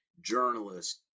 journalist